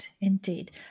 indeed